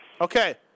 Okay